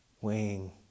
weighing